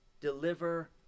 Deliver